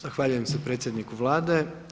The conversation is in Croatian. Zahvaljujem se predsjedniku Vlade.